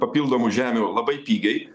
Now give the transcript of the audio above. papildomų žemių labai pigiai